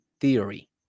theory